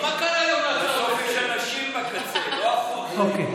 מה קרה, בסוף יש אנשים בקצה, לא אחוז יש בקצה.